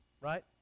right